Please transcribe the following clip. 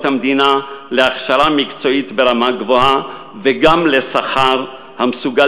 המדינה להכשרה מקצועית ברמה גבוהה וגם לשכר המסוגל